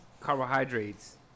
carbohydrates